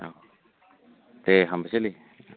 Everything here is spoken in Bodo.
औ दे हामबायसैलै